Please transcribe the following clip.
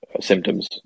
symptoms